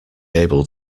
able